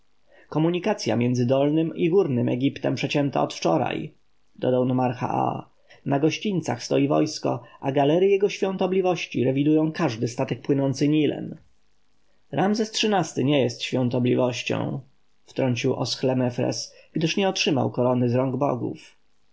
komunikacja między dolnym i górnym egiptem przecięta od wczoraj dodał nomarcha aa na gościńcach stoi wojsko a galery jego świątobliwości rewidują każdy statek płynący nilem ramzes xiii-ty nie jest świątobliwością wtrącił oschle mefres gdyż nie otrzymał korony z rąk bogów